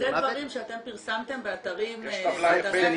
אלה דברים שאתם פרסמתם באתרים --- זה נמצא.